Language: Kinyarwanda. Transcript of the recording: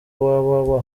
www